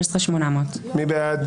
14,941 עד 14,960 מי בעד?